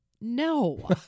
No